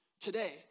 today